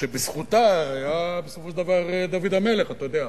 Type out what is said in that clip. שבזכותה היה בסופו של דבר דוד המלך, אתה יודע,